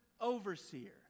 overseer